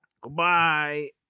Goodbye